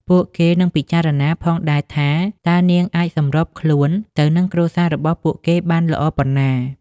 ពួកគេក៏នឹងពិចារណាផងដែរថាតើនាងអាចសម្របខ្លួនទៅនឹងគ្រួសាររបស់ពួកគេបានល្អប៉ុណ្ណា។